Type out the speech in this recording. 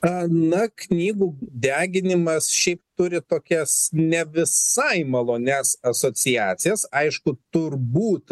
a na knygų deginimas šiaip turi tokias ne visai malonias asociacijas aišku turbūt seras